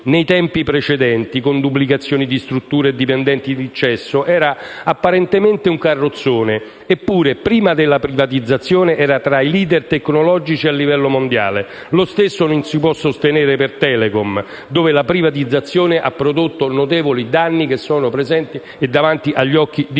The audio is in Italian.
nei tempi passati, con duplicazioni di strutture e dipendenti in eccesso, era apparentemente un carrozzone: eppure, prima della privatizzazione, era tra i *leader* tecnologici a livello mondiale. Lo stesso non si può sostenere per Telecom, dove la privatizzazione ha prodotto notevoli danni, che sono davanti agli occhi di